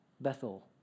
Bethel